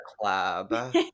club